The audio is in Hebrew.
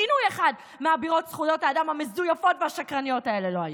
גינוי אחד מאבירות זכויות האדם המזויפות והשקרניות האלה לא היה.